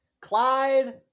Clyde